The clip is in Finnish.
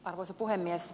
arvoisa puhemies